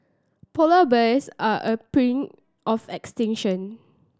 polar bears are on the brink of extinction